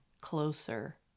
closer